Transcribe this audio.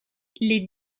les